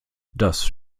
das